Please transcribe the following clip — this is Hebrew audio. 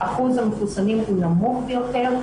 אחוז המחוסנים הוא נמוך ביותר,